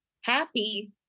happy